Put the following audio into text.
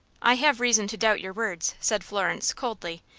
i have reason to doubt your words, said florence, coldly.